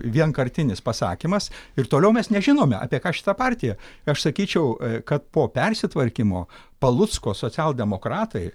vienkartinis pasakymas ir toliau mes nežinome apie ką šita partija aš sakyčiau kad po persitvarkymo palucko socialdemokratai